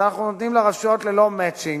שאנחנו נותנים לרשויות ללא "מצ'ינג",